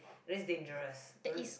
it is dangerous don't